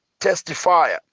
testifier